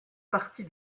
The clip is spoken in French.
partie